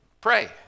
pray